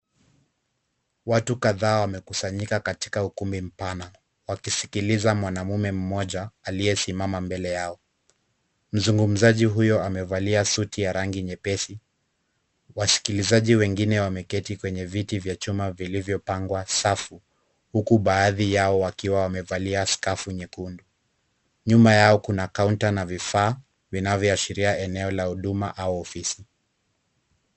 Watu kadhaa wamekusanyika katika ukumbi mpana, wakisikiliza mwanamume mmoja aliyesimama mbele yao. Mzungumzaji huyo amevalia suti ya rangi nyepesi. Wasikilizaji wengine wameketi kwenye viti vya chuma vilivyopangwa safu. Huku baadhi yao wakiwa wamevalia skafu nyekundu. Nyuma yao kuna kaunta na vifaa vinavyoashiria eneo la huduma au ofisi.